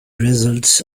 results